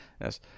yes